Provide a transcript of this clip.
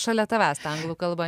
šalia tavęs ta anglų kalba